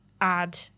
add